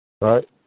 Right